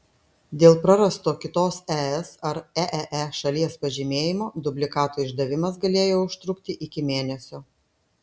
dėl prarasto kitos es ar eee šalies pažymėjimo dublikato išdavimas galėjo užtrukti iki mėnesio